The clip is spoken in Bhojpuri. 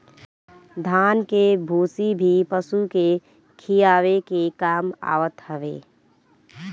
धान के भूसी भी पशु के खियावे के काम आवत हवे